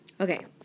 Okay